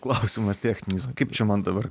klausimas techninis kaip čia man dabar